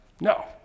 No